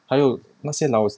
还有那些老